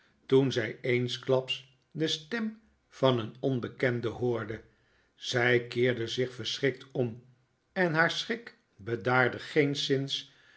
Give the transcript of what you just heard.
toen zij eensklaps de stem van een onbekende hoorde zij keerde zich verschrikt om en haar schrik bedaarde